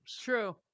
True